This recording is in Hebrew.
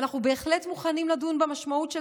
ואנחנו בהחלט מוכנים לדון במשמעות של